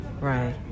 Right